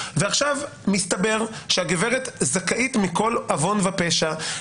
ועכשיו מסתבר שהגברת זכאית מכל עוון ופשע,